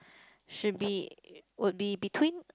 should be would be between